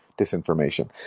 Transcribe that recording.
disinformation